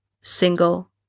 single